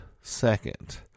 second